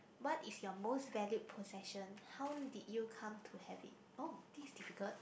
what is your most valued possession how did you come to have it oh this is difficult